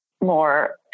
more